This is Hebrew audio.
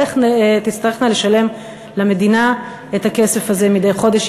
תצטרכנה לשלם למדינה את הכסף הזה מדי חודש,